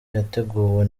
yateguwe